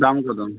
দাম কতো